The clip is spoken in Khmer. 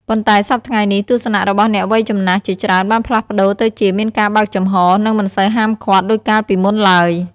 ប៉ុន្តែសព្វថ្ងៃនេះ ទស្សនៈរបស់អ្នកមានវ័យចំណាស់ជាច្រើនបានផ្លាស់ប្ដូរទៅជា មានការបើកចំហ និងមិនសូវហាមឃាត់ ដូចកាលពីមុនឡើយ។